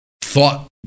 thought